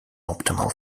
optimal